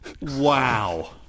Wow